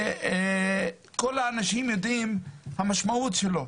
שכל האנשים יודעים את המשמעות שלו.